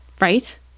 right